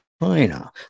China